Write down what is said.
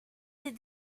est